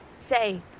say